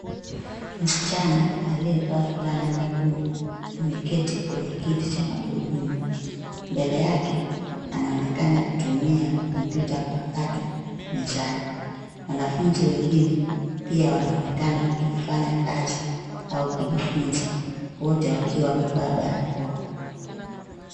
Msichana aliyevaa fulana nyekundu ameketi kwenye kiti cha magurudumu. Mbele yake anaonekana kutumia kompyuta ya mpakato mezani. Wanafunzi wengine pia wanaonekana wakifanya kazi au kujifunza. Wote wakiwa wamevaa barakoa.